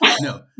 No